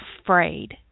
afraid